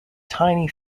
tiny